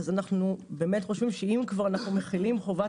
אז אנחנו חושבים שאם כבר אנחנו מחילים חובת